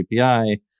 API